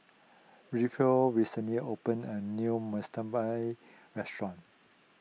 recently opened a new restaurant